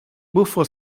buffo